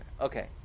Okay